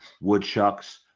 woodchucks